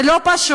זה לא פשוט,